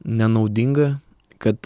nenaudinga kad